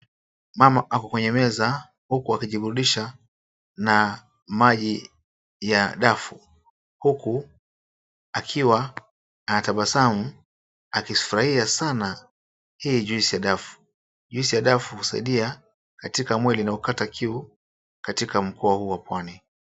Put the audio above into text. Maji ako kwenye meza huku akijiburudisha na maji ya dafu, huku akiwa anatabasamu akifurahia sana hii juice ya dafu. Juice ya dafu husaidia katika mwili na kukata kiu katika mkoa huu wa pwani.